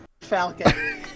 falcon